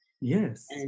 Yes